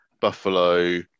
Buffalo